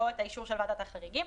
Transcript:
או את האישור של ועדת החריגים.